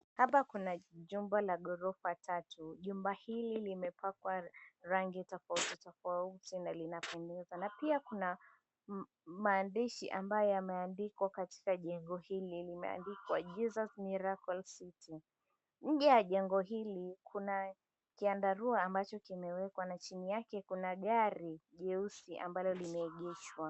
Hapa kuna jumba la ghorofa tatu, jumba hili limepakwa rangi tofauti tofauti na linapendeza. Na pia kuna maandishi ambayo yameandikwa katika jengo hili, limeandikwa, "Jesus Miracle City". Nje ya jengo hili, kuna kiandarua ambacho kimewekwa na chini yake kuna gari jeusi ambalo limeegeshwa.